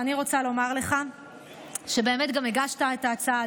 ואני רוצה לומר לך שבאמת גם הגשת את ההצעה,